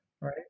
right